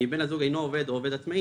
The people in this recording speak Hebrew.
ואם בן הזוג אינו עובד או עובד עצמאי,